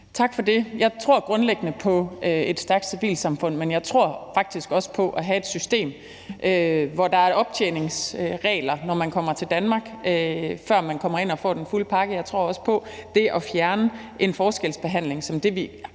Tak for det. Jeg tror grundlæggende på et stærkt civilsamfund, men jeg tror faktisk også på at have et system, hvor der er optjeningsregler, når man kommer til Danmark, før man kommer ind og får den fulde pakke. Jeg tror også på det at fjerne den forskelsbehandling, vi